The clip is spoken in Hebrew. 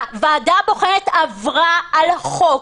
הוועדה הבוחנת עברה על החוק.